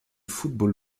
football